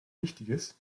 wichtiges